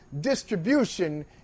distribution